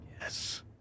Yes